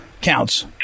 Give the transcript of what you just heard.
counts